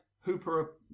Hooper